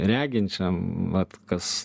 reginčiam vat kas